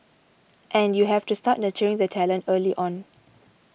and you have to start nurturing the talent early on